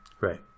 Right